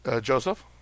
Joseph